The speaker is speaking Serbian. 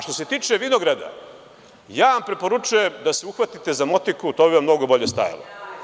Što se tiče vinograda, ja vam preporučujem da se uhvatite za motiku, to bi vam mnogo bolje stajalo.